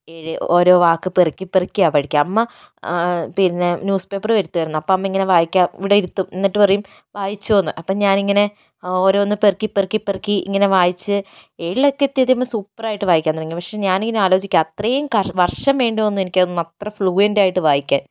ഓരോ വാക്ക് പെറുക്കി പെറുക്കിയാണ് പഠിക്കുക അമ്മ പിന്നെ ന്യൂസ് പേപ്പർ വരുത്തുമായിരുന്നു അപ്പോൾ അമ്മ ഇങ്ങനെ വായിക്കാൻ ഇവിടെ ഇരുത്തും എന്നിട്ട് പറയും വായിച്ചോ എന്ന് അപ്പോൾ ഞാൻ ഇങ്ങനെ ഓരോന്ന് പെറുക്കി പെറുക്കി പെറുക്കി ഇങ്ങനെ വായിച്ച് ഏഴിലൊക്കെ സൂപ്പറായിട്ട് വായിക്കാൻ തുടങ്ങി പക്ഷെ ഞാൻ ഇങ്ങനെ ആലോചിക്കും അത്രയും വർഷം വേണ്ടി വന്നു എനിക്ക് അതൊന്ന് അത്ര ഫ്ലൂവെൻ്റ് ആയിട്ട് വായിക്കാൻ